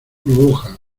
burbuja